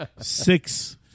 six